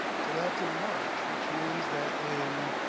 so that's in march, which means that in